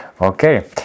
okay